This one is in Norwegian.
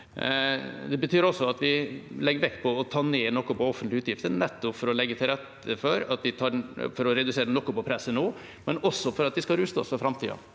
Det betyr også at vi legger vekt på å ta ned noe på offentlige utgifter, nettopp for å legge til rette for å redusere noe på presset nå, men også for at vi skal ruste oss for framtida.